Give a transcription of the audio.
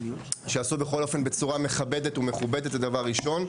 שייעשו בכל אופן בצורה מכבדת ומכובדת זה דבר ראשון.